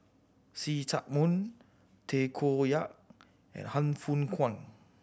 See Chak Mun Tay Koh Yat and Han Fook Kwang